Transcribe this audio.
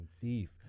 thief